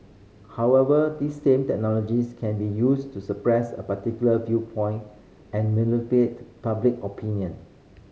however this same technologies can be used to suppress a particular viewpoint and manipulate public opinion